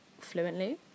fluently